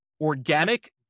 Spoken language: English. organic